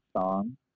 song